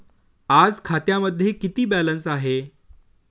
आज खात्यामध्ये किती बॅलन्स आहे?